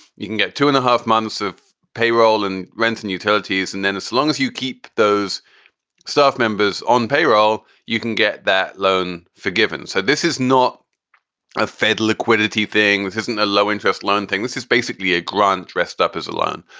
you can get two and a half months of payroll and rent and utilities. and then as long as you keep those staff members on payroll, you can get that loan forgiven. so this is not a fed liquidity thing. this isn't a low interest loan thing. this is basically a grant dressed up as a loan.